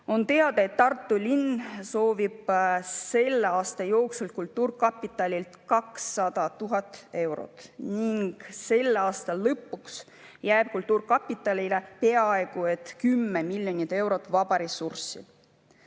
On teada, et Tartu linn soovib selle aasta jooksul kultuurkapitalilt 200 000 eurot ning selle aasta lõpus jääb kultuurkapitalile peaaegu 10 miljonit eurot vaba ressurssi.